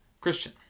Christian